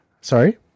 sorry